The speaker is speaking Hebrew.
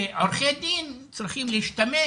שעורכי דין צריכים להשתמש